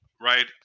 right